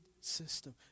system